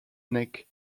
neck